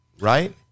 right